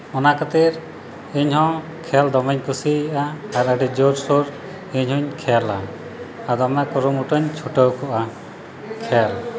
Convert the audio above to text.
ᱚᱱᱟ ᱠᱷᱟᱹᱛᱤᱨ ᱤᱧᱦᱚᱸ ᱠᱷᱮᱹᱞ ᱫᱚᱢᱮᱧ ᱠᱩᱥᱤᱭᱟᱜᱼᱟ ᱟᱨ ᱟᱹᱰᱤ ᱡᱳᱨᱥᱳᱨ ᱤᱧᱦᱚᱧ ᱠᱷᱮᱹᱞᱟ ᱟᱨ ᱫᱚᱢᱮ ᱠᱩᱨᱩᱢᱩᱴᱩᱧ ᱪᱷᱩᱴᱟᱹᱣ ᱠᱚᱜᱼᱟ ᱠᱷᱮᱹᱞ